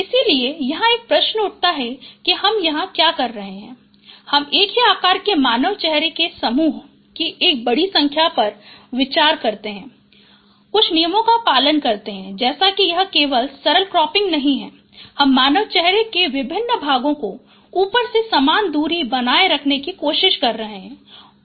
इसलिए यहाँ एक प्रश्न उठता है कि हम यहां क्या कर रहे हैं हम एक ही आकार के मानव चेहरे की समूह की एक बड़ी संख्या पर विचार करते हैं और कुछ नियमों का पालन करते हैं जैसे कि यह केवल सरल क्रॉपिंग नहीं है हम मानव चेहरे के विभिन्न भागों को ऊपर से समान दूरी बनाए रखने की कोशिश कर रहे हैं